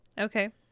Okay